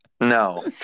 No